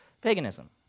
Paganism